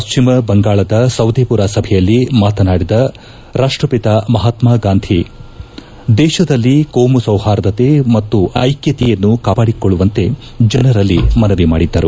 ಪಶ್ಚಿಮ ಬಂಗಾಳದ ಸೌದೇಪುರ ಸಭೆಯಲ್ಲಿ ಮಾತನಾಡಿದ ರಾಷ್ಷಚಿತ ಮಹಾತ್ಯಗಾಂಧಿ ದೇಶದಲ್ಲಿ ಕೋಮುಸೌಹಾರ್ದತೆ ಮತ್ತು ಐಕ್ಖತೆಯನ್ನು ಕಾಪಾಡಿಕೊಳ್ಳುವಂತೆ ಜನರಲ್ಲಿ ಮನವಿ ಮಾಡಿದ್ದರು